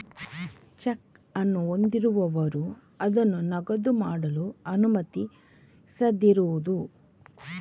check ಅನ್ನು ಹೊಂದಿರುವವರು ಅದನ್ನು ನಗದು ಮಾಡಲು ಅನುಮತಿಸದಿರುವುದು